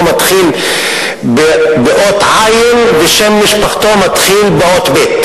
מתחיל באות עי"ן ושם משפחתו מתחיל באות בי"ת